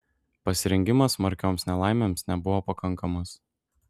pasirengimas smarkioms nelaimėms nebuvo pakankamas